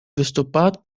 выступать